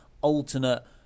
alternate